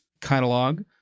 catalog